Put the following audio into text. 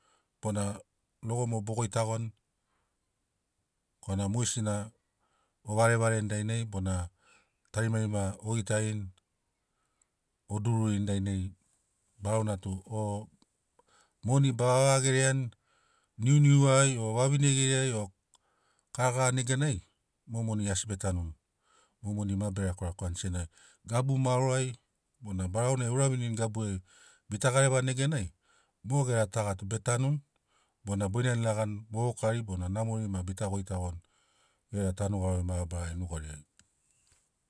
Bona logo mo bo goitagoni korana mogesi o varevare dainai bona tarimari o gitarini o duruani dainai barau na tu oo- moni bavaga gereani niuniu ai o vavine geriai o karakara neganai mo moni asi be tanuni mo moni ma be lekwalekwani senagi gabu maoro ai bona barau na eura viniani gaburiai bita garevani neganai mo gera taga tu be tanuni bona boinani ilagani vovokari bona namori ma bita goitagoni gera tanu garori mabarari nugariai.